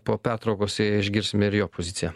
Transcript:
po pertraukos išgirsime ir jo poziciją